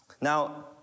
Now